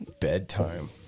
bedtime